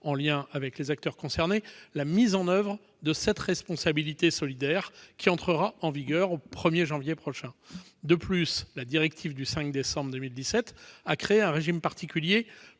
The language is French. en lien avec les acteurs concernés, la mise en oeuvre de cette responsabilité solidaire, qui entrera en vigueur au 1 janvier 2020 ? De plus, la directive du 5 décembre 2017 a créé un régime particulier